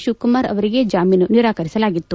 ಶಿವಕುಮಾರ್ ಅವಲಿಗೆ ಜಾಮೀನು ನಿರಾಕಲಿಸಲಾಲಿತ್ತು